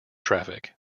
traffic